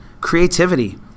creativity